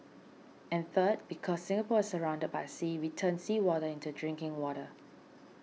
and third because Singapore is surrounded by sea we turn seawater into drinking water